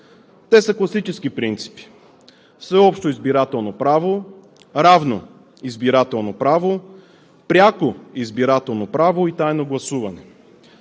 – класически принципи: всеобщо избирателно право, равно избирателно право, пряко избирателно право и тайно гласуване.